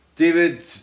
David